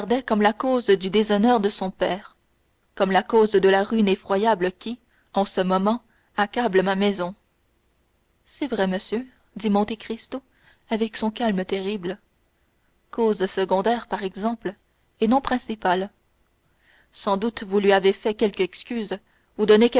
comme la cause du déshonneur de son père comme la cause de la ruine effroyable qui en ce moment-ci accable ma maison c'est vrai monsieur dit monte cristo avec son calme terrible cause secondaire par exemple et non principale sans doute vous lui avez fait quelque excuse